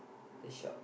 the shop